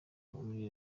muri